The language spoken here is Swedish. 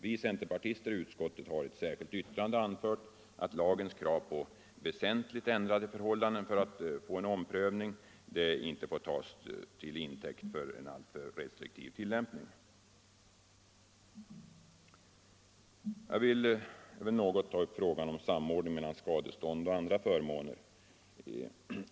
Vi centerpartister i utskottet har i ett särskilt yttrande anfört att lagens krav på ”väsentligt” ändrade förhållanden för att man skall få en omprövning inte får tas till intäkt för en alltför restriktiv tillämpning. Jag vill något ta upp frågan om samordning mellan skadestånd och andra förmåner.